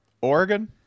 Oregon